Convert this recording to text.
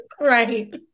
right